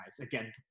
Again